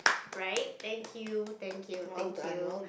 right thank you thank you thank you